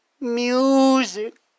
music